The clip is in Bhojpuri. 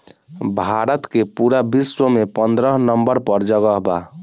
भारत के पूरा विश्व में पन्द्रह नंबर पर जगह बा